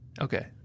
okay